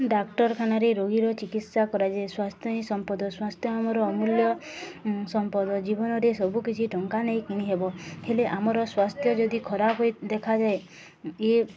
ଡାକ୍ତରଖାନାରେ ରୋଗୀର ଚିକିତ୍ସା କରାଯାଏ ସ୍ୱାସ୍ଥ୍ୟ ହିଁ ସମ୍ପଦ ସ୍ୱାସ୍ଥ୍ୟ ଆମର ଅମୂଲ୍ୟ ସମ୍ପଦ ଜୀବନରେ ସବୁକିଛି ଟଙ୍କା ନେଇ କିଣି ହେବ ହେଲେ ଆମର ସ୍ୱାସ୍ଥ୍ୟ ଯଦି ଖରାପ ହୋଇ ଦେଖାଯାଏ ଇଏ